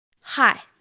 Hi